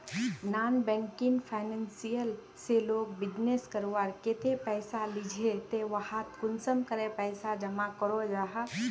Non banking financial से लोग business करवार केते पैसा लिझे ते वहात कुंसम करे पैसा जमा करो जाहा?